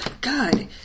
god